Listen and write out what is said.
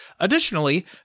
Additionally